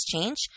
change